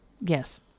Yes